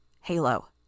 Halo